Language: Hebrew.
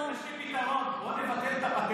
לא, לא, קודם כול מבחינת ההרכב, יש לי פתרון.